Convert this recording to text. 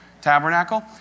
Tabernacle